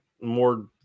more